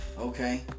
Okay